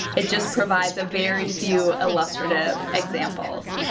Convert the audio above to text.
it just provides a very few illustrative examples.